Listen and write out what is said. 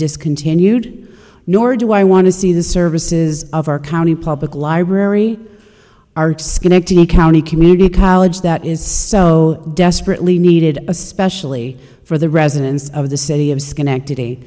discontinued nor do i want to see the services of our county public library our schenectady county community college that is so desperately needed especially for the residents of the city of schenectady